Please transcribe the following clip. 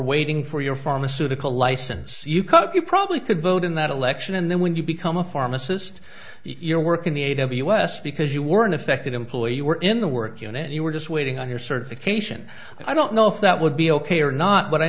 waiting for your pharmaceutical license you cook you probably could vote in that election and then when you become a pharmacist you're working the eight of us because you weren't affected employee you were in the work unit you were just waiting on your certification i don't know if that would be ok or not but i